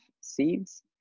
seeds